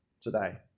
today